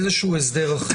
איזה שהוא הסדר אחר.